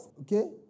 okay